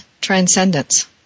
transcendence